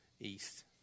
east